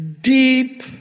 deep